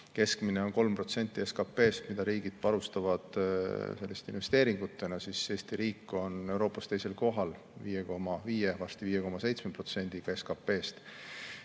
Keskmine on 3% SKP‑st, mida riigid panustavad selliste investeeringutena. Eesti riik on Euroopas teisel kohal 5,5%, varsti 5,7%‑ga SKP‑st.